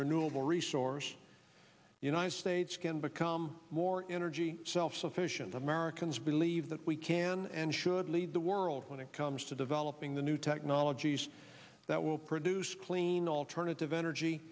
renewable resource the united states can become more energy self sufficient americans believe that we can and should lead the world when it comes to developing the new technologies that will produce clean alternative energy